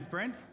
Brent